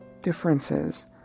differences